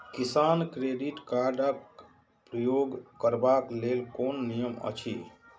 किसान credit card क प्रयोग करबाक लेल कोन नियम अछि?